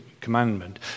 commandment